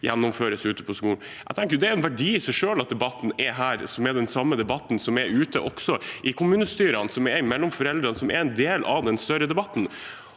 gjennomføres ute i skolen: Jeg tenker at det er en verdi i seg selv at debatten er her, og også er den samme debatten som går ute i kommunestyrene og mellom foreldrene, som alt er en del av den større debatten.